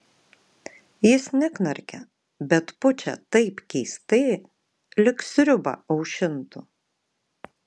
jis neknarkia bet pučia taip keistai lyg sriubą aušintų